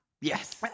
Yes